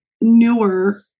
newer